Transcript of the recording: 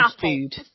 food